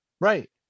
right